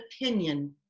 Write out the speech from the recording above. opinion